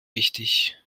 wichtig